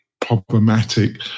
problematic